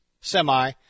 semi